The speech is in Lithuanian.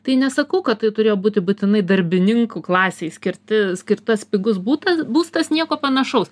tai nesakau kad tai turėjo būti būtinai darbininkų klasei skirti skirtas pigus butas būstas nieko panašaus